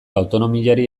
autonomiari